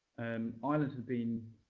and ireland had been,